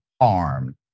armed